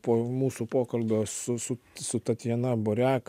po mūsų pokalbio su su su tatjana burek